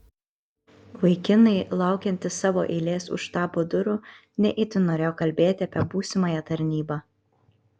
vaikinai laukiantys savo eilės už štabo durų ne itin norėjo kalbėti apie būsimąją tarnybą